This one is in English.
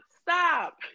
stop